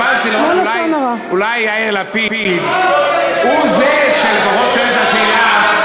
אולי יאיר לפיד הוא זה ששואל את השאלה,